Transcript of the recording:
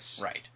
Right